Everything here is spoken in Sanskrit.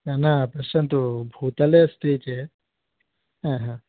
न न पश्यन्तु भूतले अस्ति चेत् आ हा